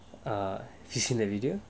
uh facing the video